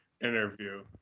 interview